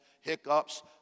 hiccups